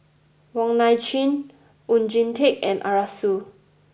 Wong Nai Chin Oon Jin Teik and Arasu